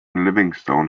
livingstone